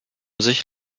sich